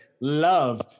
love